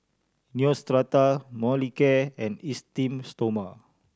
Neostrata Molicare and Esteem Stoma